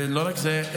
ולא רק זה,